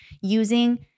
using